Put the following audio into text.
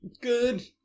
Good